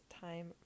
time